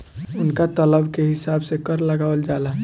उनका तलब के हिसाब से कर लगावल जाला